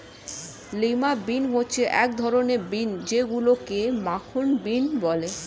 lima bean হচ্ছে এক ধরনের বিন যেইগুলোকে মাখন বিন বলে